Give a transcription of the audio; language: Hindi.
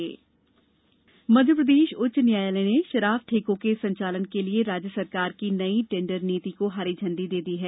शराब ठेका सुनवाई मध्यप्रदेश उच्च न्यायालय ने शराब ठेकों के संचालन के लिए राज्य सरकार की नई टेडर नीति को हरी झंडी दे दी है